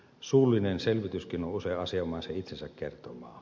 suullinen selvityskin on usein asianomaisen itsensä kertomaa